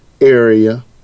area